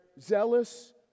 zealous